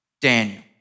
Daniel